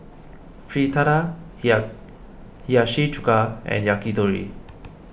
Fritada Hiyashi Chuka and Yakitori